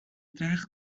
trage